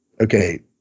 Okay